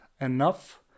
enough